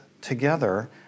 together